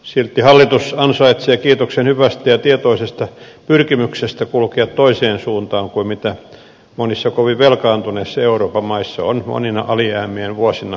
silti hallitus ansaitsee kiitoksen hyvästä ja tietoisesta pyrkimyksestä kulkea toiseen suuntaan kuin mitä monissa kovin velkaantuneissa euroopan maissa on monina alijäämien vuosina tehty ja nähty